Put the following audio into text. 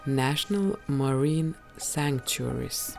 national marine sanctuaries